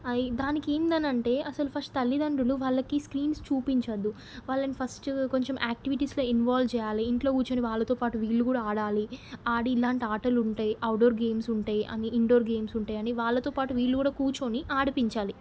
I దానికి ఏంటి అని అంటే ఫస్ట్ తల్లితండ్రులు వాళ్ళకి స్క్రీన్స్ చూపించొద్దు వాళ్ళని ఫస్ట్ కొంచెం యాక్టివిటీస్లో ఇన్వాల్వ్ చేయాలి ఇంట్లో కూర్చొని వాళ్ళతో పాటు వీళ్ళు కూడా ఆడాలి ఆడి ఇలాంటి ఆటలు ఉంటాయి అవుట్ డోర్ గేమ్స్ ఉంటాయి అని ఇండోర్ గేమ్స్ ఉంటాయి అని వాళ్ళతో పాటు వీళ్ళు కూడా కూర్చొని అడిపించాలి